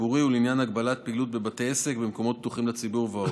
ושל ההנחיות כפי שהן